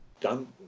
done